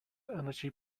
energy